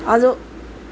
आजो